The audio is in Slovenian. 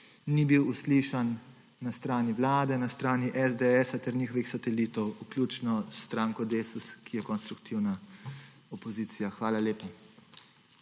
ni bil uslišan na strani vlade, na strani SDS, ter njihovih satelitov, vključno s stranko Desus, ki je konstruktivna opozicija. Hvala lepa.